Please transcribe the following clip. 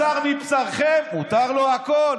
בשר מבשרכם, מותר לו הכול.